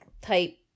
type